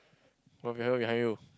people behind you behind you